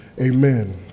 Amen